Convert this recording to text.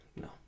no